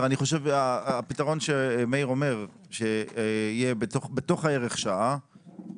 הפתרון שמאיר אומר זה שיהיה בתוך ערך השעה